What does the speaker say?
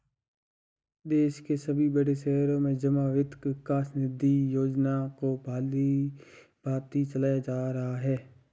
देश के सभी बड़े शहरों में जमा वित्त विकास निधि योजना को भलीभांति चलाया जा रहा है